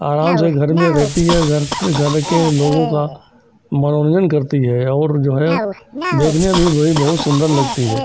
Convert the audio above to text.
आराम से घर में रहती है घर से घर के लोगों का मनोरन्जन करती है और जो है देखने में भी बहुत सुन्दर लगती है